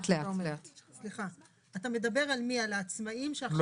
אתה מדבר על העצמאים?